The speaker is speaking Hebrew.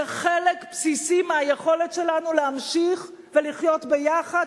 זה חלק בסיסי מהיכולת שלנו להמשיך ולחיות ביחד,